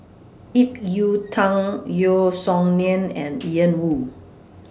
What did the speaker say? Ip Yiu Tung Yeo Song Nian and Ian Woo